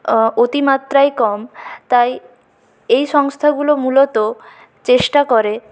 অতি মাত্রায় কম তাই এই সংস্থাগুলো মূলত চেষ্টা করে